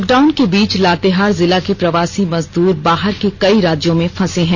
lock down के बीच लातेहार जिला के प्रवासी मजदूर बाहर के कई राज्यों में फंसे हैं